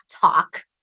talk